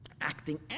acting